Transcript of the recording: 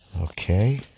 Okay